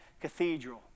cathedral